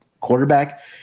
quarterback